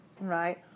right